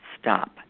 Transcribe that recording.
stop